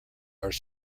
are